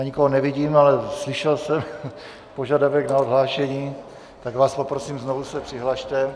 Nikoho nevidím, ale slyšel jsem požadavek na odhlášení, tak vás poprosím, znovu se přihlaste.